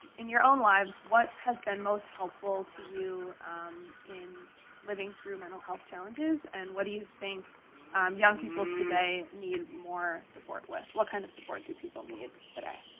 in your own lives, what has been most helpful to you in living through mental health challenges, and what do you think um young people today need more support with? what kind of support do people need today?